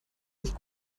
sich